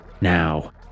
Now